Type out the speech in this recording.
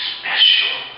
special